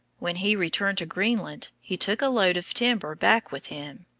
when he returned to greenland, he took a load of timber back with him.